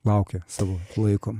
laukia savo laiko